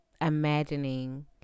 imagining